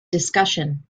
discussion